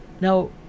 Now